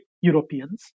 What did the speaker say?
Europeans